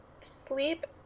sleep